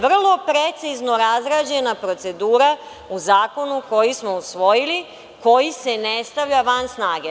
Vrlo precizno razrađena procedura u zakonu koji smo usvojili, koji se ne stavlja van snage.